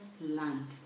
land